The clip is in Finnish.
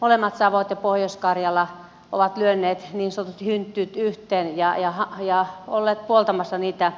molemmat savot ja pohjois karjala ovat lyöneet niin sanotusti hynttyyt yhteen ja olleet puoltamassa niitä